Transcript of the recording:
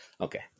Okay